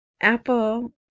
apple